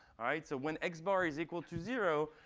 ah so when x bar is equal to zero,